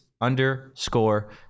underscore